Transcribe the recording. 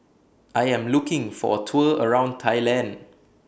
I Am looking For A Tour around Thailand